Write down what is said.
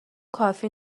کافی